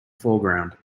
foreground